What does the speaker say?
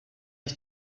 ich